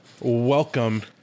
welcome